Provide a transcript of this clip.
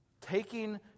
Taking